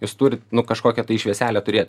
jūs turit kažkokią švieselę turėt